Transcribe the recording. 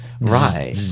right